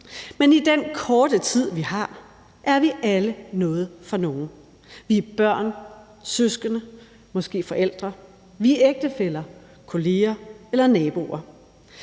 Men i den korte tid, vi har, er vi alle noget for nogen. Vi er børn, søskende, måske forældre. Vi er ægtefæller, kolleger eller naboer.